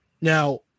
Now